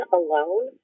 alone